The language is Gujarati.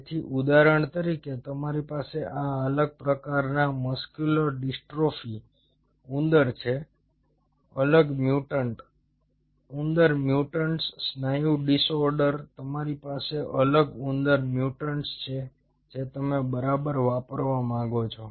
તેથી ઉદાહરણ તરીકે તમારી પાસે આ અલગ પ્રકારના મસ્ક્યુલર ડિસ્ટ્રોફી ઉંદર છે અલગ મ્યુટન્ટ ઉંદર મ્યુટન્ટ્સ સ્નાયુ ડિસઓર્ડર તમારી પાસે અલગ ઉંદર મ્યુટન્ટ્સ છે જે તમે બરાબર વાપરવા માંગો છો